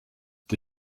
the